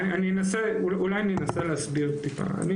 אולי אני אנסה להסביר מעט.